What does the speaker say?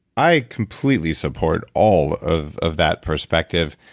i completely support all of of that perspective,